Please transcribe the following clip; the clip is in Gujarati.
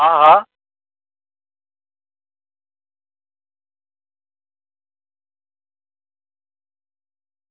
હા હા